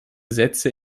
sätze